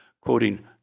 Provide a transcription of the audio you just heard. quoting